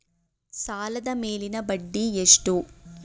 ಸಾಲದ ಮೇಲಿನ ಬಡ್ಡಿ ಎಷ್ಟು?